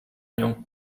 nią